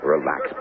Relax